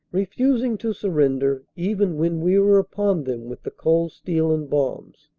refusing to surrender even when we were upon them with the cold steel and bombs.